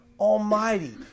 Almighty